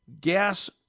gas